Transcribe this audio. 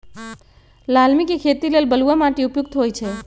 लालमि के खेती लेल बलुआ माटि उपयुक्त होइ छइ